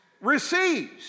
receives